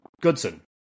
Goodson